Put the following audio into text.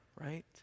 right